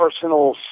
personal